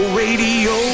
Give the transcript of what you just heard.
radio